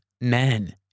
men